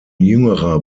jüngerer